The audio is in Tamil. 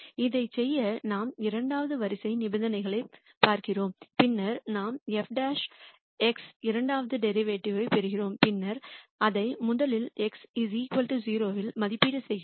இதைச் செய்ய நாம் இரண்டாவது வரிசை நிபந்தனைகளைப் பார்க்கிறோம் பின்னர் நாம் f இரண்டாவது டெரிவேட்டிவ் பெறுகிறோம் பின்னர் அதை முதலில் x 0 இல் மதிப்பீடு செய்கிறோம்